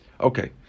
Okay